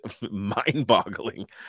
mind-boggling